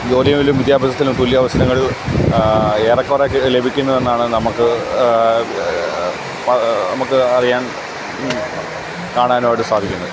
ജോലിയിലും വിദ്യാഭ്യാസത്തിലും തുല്യ അവസരങ്ങൾ ഏറെക്കുറെ ലഭിക്കുന്നുവെന്നാണ് നമ്മൾക്ക് നമ്മൾക്ക് അറിയാൻ കാണാനുമായിട്ട് സാധിക്കുന്നത്